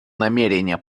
намерение